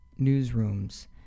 newsrooms